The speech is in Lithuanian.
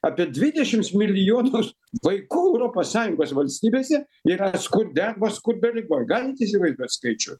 apie dvidešims milijonų vaikų europos sąjungos valstybėse yra skurde arba skurdo riboj galit įsivaizduot skaičių